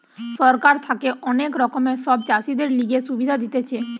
সরকার থাকে অনেক রকমের সব চাষীদের লিগে সুবিধা দিতেছে